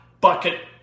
bucket